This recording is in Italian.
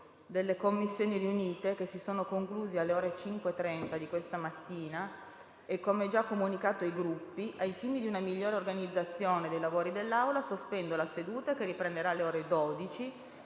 delle Commissioni riunite che si sono conclusi alle ore 5,30 di questa mattina e come già comunicato ai Gruppi, ai fini di una migliore organizzazione dei lavori dell'Assemblea, sospendo la seduta che riprenderà alle ore 12